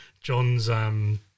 John's